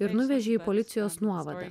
ir nuvežė į policijos nuovadą